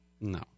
No